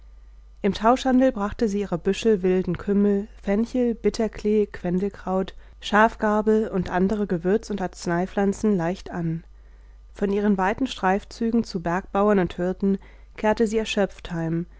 im tauschhandel brachte sie ihre büschel wilden kümmel fenchel bitterklee quendelkraut schafgarbe und andere gewürz und arzneipflanzen leicht an von ihren weiten streifzügen zu bergbauern und hirten kehrte sie erschöpft heim